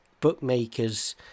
bookmakers